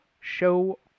show